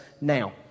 now